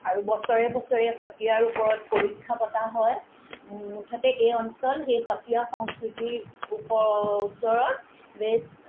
আৰু বছৰে বছৰে সত্ৰীয়াৰ ওপৰত পৰীক্ষা পতা হয় মুঠতে এই অঞ্চল সেই সত্ৰীয়া সংস্কৃতিৰ ওপৰত ওচৰত বেচ